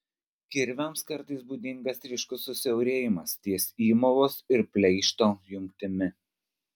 kirviams kartais būdingas ryškus susiaurėjimas ties įmovos ir pleišto jungtimi